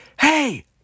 hey